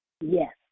Yes